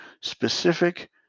specific